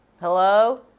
Hello